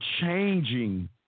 changing